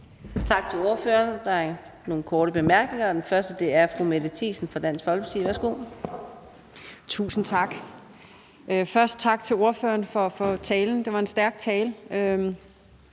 Tak til ordføreren. Der er nogle korte bemærkninger, og den første er fra fru Mette Thiesen fra Dansk Folkeparti. Værsgo. Kl. 18:19 Mette Thiesen (DF): Tak. Først tak til ordføreren for talen – det var en stærk tale.